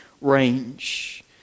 range